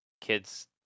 Kids